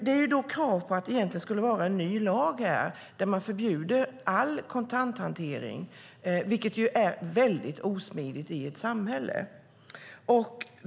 Det ställs krav här på att det egentligen skulle vara en ny lag där man för bjuder all kontanthantering, vilket är väldigt osmidigt i ett samhälle.